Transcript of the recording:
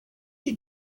you